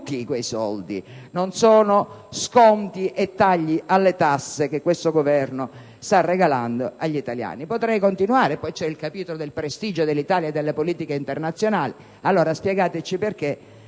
Non sono sconti e saldi sulle tasse che questo Governo sta regalando agli italiani. Poi c'è il capitolo del prestigio dell'Italia e delle politiche internazionali. Allora spiegateci perché